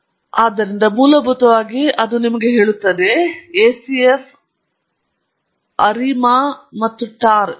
ಆದ್ದರಿಂದ ಮೂಲಭೂತವಾಗಿ ಅವರು ನಿಮಗೆ ಹೇಳುತ್ತಿದ್ದಾರೆ acf arima tar ಮತ್ತು ಹೀಗೆ